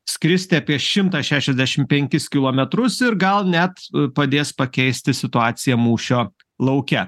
skristi apie šimtą šešiasdešim penkis kilometrus ir gal net padės pakeisti situaciją mūšio lauke